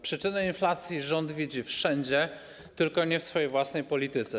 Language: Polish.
Przyczyny inflacji rząd widzi wszędzie, tylko nie w swojej własnej polityce.